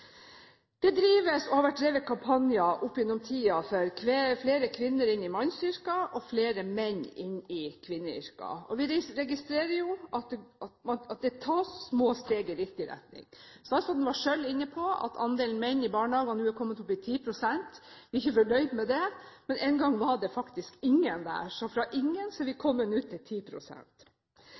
Det drives og har vært drevet kampanjer opp gjennom tidene for flere kvinner inn i mannsyrker og flere menn inn i kvinneyrker. Vi registrerer at det tas små steg i riktig retning. Statsråden var selv inne på at andelen menn i barnehagene nå er kommet opp i 10 pst. Vi er ikke fornøyd med det, men en gang var det faktisk ingen der. Så fra ingen er vi nå kommet til